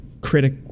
critic